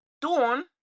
Dawn